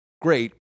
Great